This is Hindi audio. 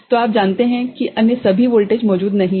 तो आप जानते हैं कि अन्य सभी वोल्टेज मौजूद नहीं हैं